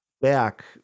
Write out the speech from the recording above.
back